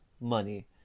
money